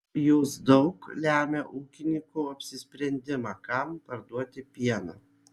jos daug lemia ūkininko apsisprendimą kam parduoti pieną